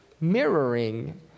mirroring